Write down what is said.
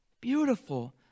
Beautiful